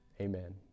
amen